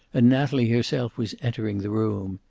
and natalie herself was entering the room.